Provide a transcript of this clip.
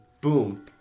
Boom